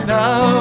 now